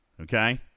Okay